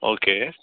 okay